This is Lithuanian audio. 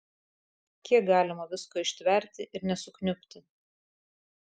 kiek galima visko ištverti ir nesukniubti